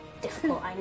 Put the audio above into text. Difficult